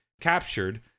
captured